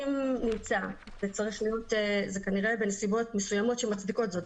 זה כנראה בנסיבות מסוימות שמצדיקות זאת,